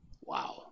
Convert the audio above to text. Wow